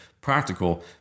practical